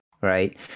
right